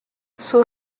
sus